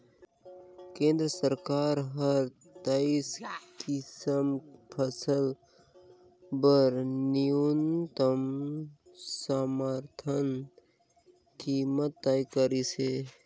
केंद्र सरकार हर तेइस किसम फसल बर न्यूनतम समरथन कीमत तय करिसे